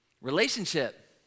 Relationship